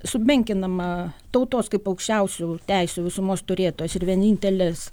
sumenkinama tautos kaip aukščiausių teisių visumos turėtojos ir vienintelės